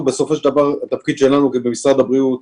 אנחנו, בסופו של דבר, התפקיד שלנו במשרד הבריאות,